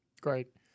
Great